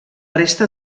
resta